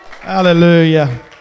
Hallelujah